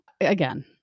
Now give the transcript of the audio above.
Again